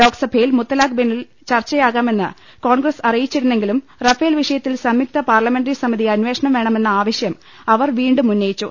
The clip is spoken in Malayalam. ലോക്സഭയിൽ മുത്തലാഖ് ബില്ലിൽ ചർച്ചയാകാ മെന്ന് കോൺഗ്രസ് അറിയിച്ചിരുന്നെങ്കിലും റഫേൽ വിഷ യത്തിൽ സംയുക്ത പാർലമെന്ററി സമിതി അന്വേഷണം വേണമെന്ന ആവശ്യം അവർ വീണ്ടും ഉന്നയിച്ചു